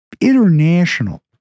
international